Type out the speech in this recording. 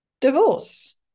divorce